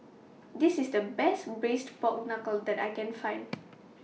This IS The Best Braised Pork Knuckle that I Can Find